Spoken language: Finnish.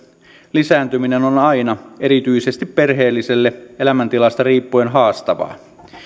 lisääntyminen on aina erityisesti perheelliselle elämäntilanteesta riippuen haastavaa